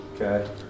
Okay